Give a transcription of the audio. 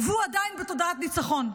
והוא עדיין בתודעת ניצחון.